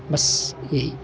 بس یہی